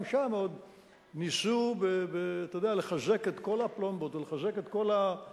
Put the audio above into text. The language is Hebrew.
גם שם ניסו לחזק את כל הפלומבות ולחזק את כל הברגים